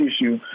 issue